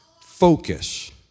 focus